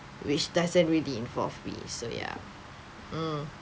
which doesn't really involve me so ya mm